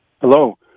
Hello